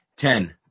Ten